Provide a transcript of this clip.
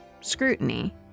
scrutiny